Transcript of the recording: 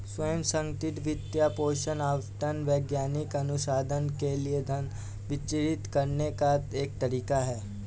स्व संगठित वित्त पोषण आवंटन वैज्ञानिक अनुसंधान के लिए धन वितरित करने का एक तरीका हैं